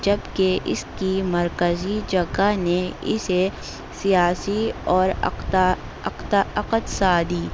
جبکہ اس کی مرکزی جگہ نے اسے سیاسی اور اقتصادی